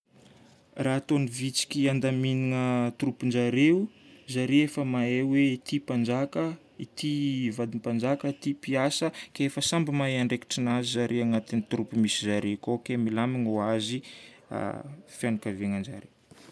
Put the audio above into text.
Raha ataon'ny vitsiky handaminana tropin-jareo: zare efa mahay hoe ity mpanjaka, ity vadim-panjaka, ity mpiasa, ity, efa samby mahay andraikitranazy zare ao agnatin'ny tropy misy zare akao ke milamigny ho azy fianakaviagnan-jare.